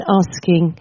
asking